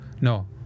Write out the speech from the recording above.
No